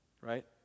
right